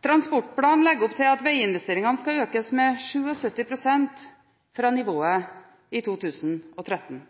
Transportplanen legger opp til at veginvesteringene skal økes med 77 pst. fra nivået i 2013.